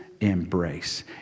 embrace